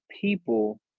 people